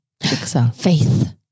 Faith